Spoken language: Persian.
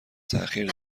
تاخیر